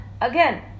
Again